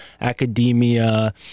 academia